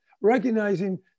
recognizing